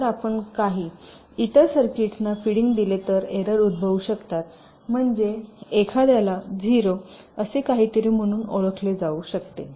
जर आपण फक्त काही इतर सर्किट्सना फीडिंग दिले तर एरर उद्भवू शकतात म्हणजे एखाद्याला 0 असे काहीतरी म्हणून ओळखले जाऊ शकते